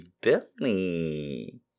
Billy